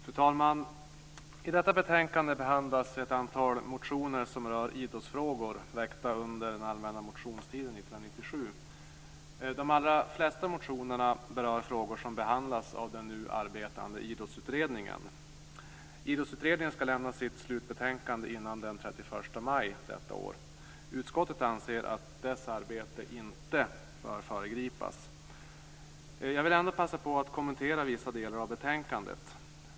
Fru talman! I detta betänkande behandlas ett antal motioner som rör idrottsfrågor väckta under den allmänna motionstiden 1997. De allra flesta motionerna berör frågor som behandlas av den nu arbetande Idrottsutredningen. Idrottsutredningen skall lämna sitt slutbetänkande innan den 31 maj detta år. Utskottet anser att dess arbete inte bör föregripas. Jag vill ändå passa på att kommentera vissa delar av betänkandet.